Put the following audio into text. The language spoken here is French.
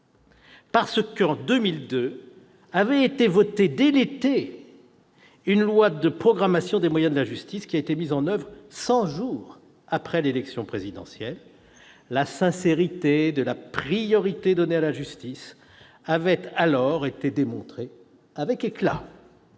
Parce que dès l'été 2002 avait été votée une loi de programmation des moyens de la justice, mise en oeuvre cent jours après l'élection présidentielle. La sincérité de la priorité donnée à la justice avait alors été démontrée avec éclat